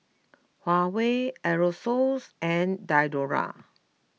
Huawei Aerosoles and Diadora